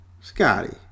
Scotty